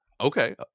Okay